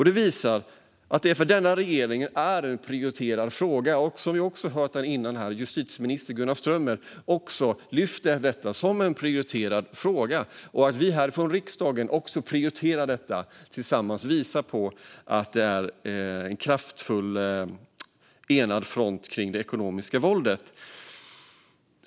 Det visar att detta är en prioriterad fråga för den här regeringen. Som vi har hört här innan lyfter också justitieminister Gunnar Strömmer detta som en prioriterad fråga. Att vi här från riksdagen också prioriterar detta tillsammans visar att det är en kraftfull enad front kring det ekonomiska våldet.